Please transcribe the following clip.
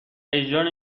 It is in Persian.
اجرا